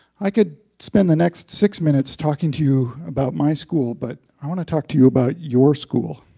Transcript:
i could spend the next six minutes talking to you about my school, but i want to talk to you about your school.